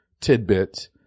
tidbit